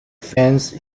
fence